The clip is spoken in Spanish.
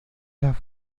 las